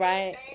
Right